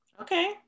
okay